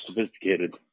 sophisticated